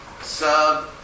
sub